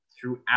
throughout